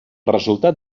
resultat